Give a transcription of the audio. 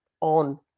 on